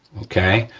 okay?